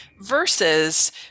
versus